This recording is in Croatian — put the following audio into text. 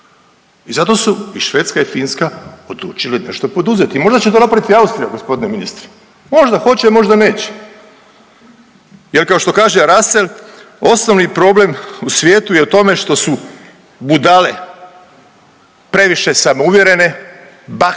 I zato su i Švedska i Finska odučile nešto poduzeti i možda će to napraviti i Austrija gospodine ministre, možda hoće, možda neće. Jer kao što kaže Russsell osnovni problem u svijetu je u tome što su budale previše samouvjerene,